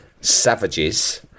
savages